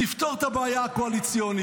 תפתור את הבעיה הקואליציונית,